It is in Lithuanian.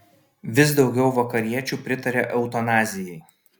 vis daugiau vakariečių pritaria eutanazijai